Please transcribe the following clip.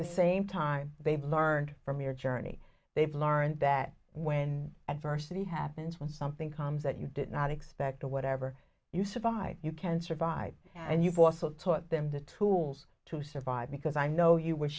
the same time they've learned from your journey they've learned that when adversity happens when something comes that you did not expect to whatever you survive you can survive and you've also taught them the tools to survive because i know you w